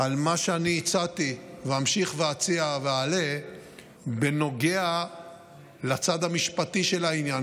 על מה שהצעתי ואמשיך ואציע ואעלה בנוגע לצד המשפטי של העניין,